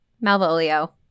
Malvolio